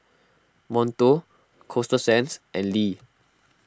Monto Coasta Sands and Lee